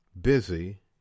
busy